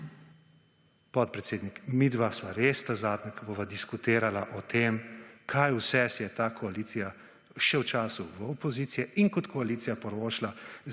podpredsednik, midva sva res zadnja, ki bova diskutirala o tem kaj vse si je ta koalicija še v času opozicije in kot koalicija privoščila,